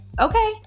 okay